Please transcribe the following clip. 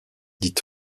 dit